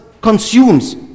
consumes